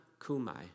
Kumai